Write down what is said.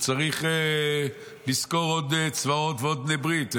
הוא צריך לשכור עוד צבאות ועוד בני ברית,